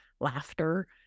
laughter